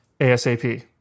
ASAP